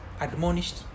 admonished